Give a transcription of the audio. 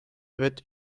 wird